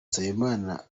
nsabimana